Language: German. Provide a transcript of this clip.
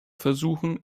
versuchen